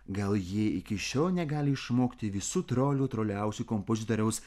gal ji iki šiol negali išmokti visų trolių troliausių kompozitoriaus